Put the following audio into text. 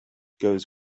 goes